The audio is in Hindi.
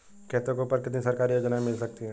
खेतों के ऊपर कितनी सरकारी योजनाएं मिल सकती हैं?